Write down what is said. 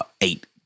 eight